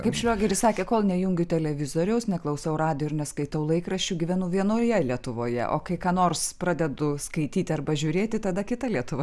kaip šliogeris sakė kol nejungiu televizoriaus neklausau radijo ir neskaitau laikraščių gyvenu vienoje lietuvoje o kai ką nors pradedu skaityti arba žiūrėti tada kita lietuva